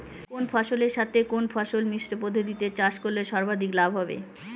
কোন ফসলের সাথে কোন ফসল মিশ্র পদ্ধতিতে চাষ করলে সর্বাধিক লাভ হবে?